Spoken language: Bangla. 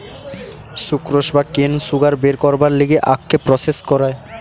সুক্রোস বা কেন সুগার বের করবার লিগে আখকে প্রসেস করায়